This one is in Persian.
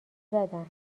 زدن